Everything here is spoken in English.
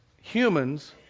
humans